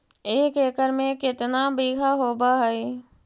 एक एकड़ में केतना बिघा होब हइ?